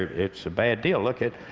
it's a bad deal. look at